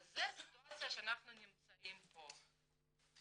אז זו הסיטואציה שאנחנו נמצאים פה,